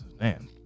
Man